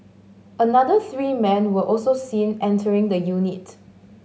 another three men were also seen entering the unit